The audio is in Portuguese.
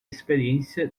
experiência